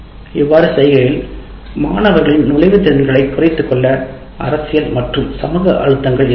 இவ்வாறு செய்கையில் நுழைவு திறன்களை பொருத்து மாணவர்களை சேர்க்கை செய்வதில் அரசியல் மற்றும் சமூக அழுத்தங்கள் இருந்தன